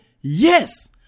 Yes